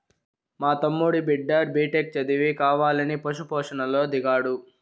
మా తమ్ముడి బిడ్డ బిటెక్ చదివి కావాలని పశు పోషణలో దిగాడు